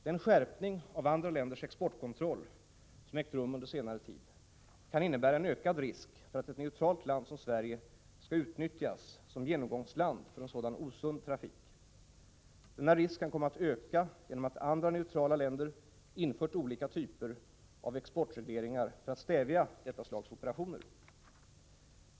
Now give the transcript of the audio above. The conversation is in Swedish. Den skärpning av andra länders exportkontroll som ägt rum under senare tid kan innebära en ökad risk för att ett neutralt land som Sverige skall utnyttjas som genomgångsland för en sådan osund trafik. Denna risk kan komma att öka genom att andra neutrala länder infört olika typer av exportregleringar för att stävja detta slags operationer.